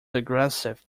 aggressive